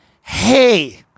hey